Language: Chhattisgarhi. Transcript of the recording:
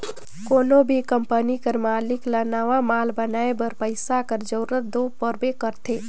कोनो भी कंपनी कर मालिक ल नावा माल बनाए बर पइसा कर जरूरत दो परबे करथे